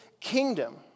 kingdom